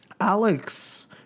Alex